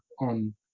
on